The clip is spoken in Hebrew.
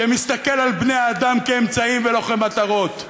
שמסתכל על בני-האדם כאמצעים ולא כמטרות.